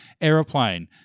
Aeroplane